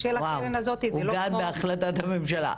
של הקרן הזאת --- עוגן בהחלטת הממשלה,